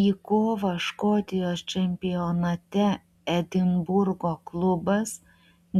į kovą škotijos čempionate edinburgo klubas